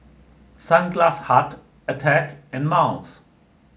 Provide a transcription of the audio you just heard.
Sunglass Hut Attack and Miles